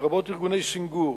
לרבות ארגוני סנגור,